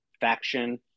faction